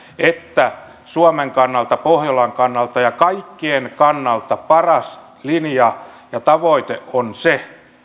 että suomen kannalta pohjolan kannalta ja kaikkien kannalta paras linja ja tavoite on se